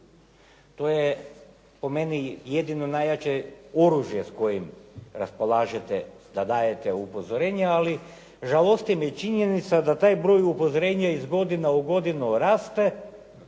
To je po meni jedino najjače oružje s kojim raspolažete da dajete upozorenja, ali žalosti me činjenica da taj broj upozorenja iz godine u godinu raste,